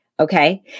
Okay